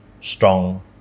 strong